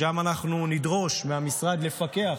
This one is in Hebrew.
שם אנחנו נדרוש מהמשרד לפקח